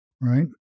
Right